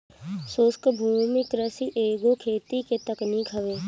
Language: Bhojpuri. शुष्क भूमि कृषि एगो खेती के तकनीक हवे